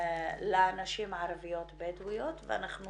לנשים ערביות בדואיות ואנחנו